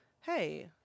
hey